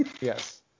Yes